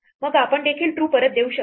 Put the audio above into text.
मग आपण देखील true परत देऊ शकतो